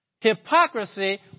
Hypocrisy